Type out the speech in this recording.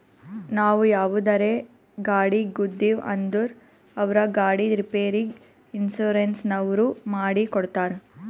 ನಾವು ಯಾವುದರೇ ಗಾಡಿಗ್ ಗುದ್ದಿವ್ ಅಂದುರ್ ಅವ್ರ ಗಾಡಿದ್ ರಿಪೇರಿಗ್ ಇನ್ಸೂರೆನ್ಸನವ್ರು ಮಾಡಿ ಕೊಡ್ತಾರ್